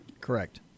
Correct